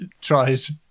tries